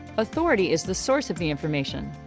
authority is the source of the information.